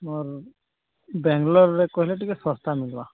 ମୋର ବେଙ୍ଗଲୋରରେ କହିଲେ ଟିକେ ଶସ୍ତା ମିଳିବ